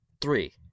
Three